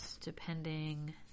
depending